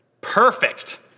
Perfect